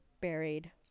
buried